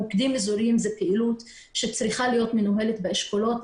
מוקדים אזוריים זה פעילות שצריכה להיות מנוהלת באשכולות.